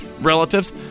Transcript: relatives